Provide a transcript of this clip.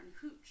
Hooch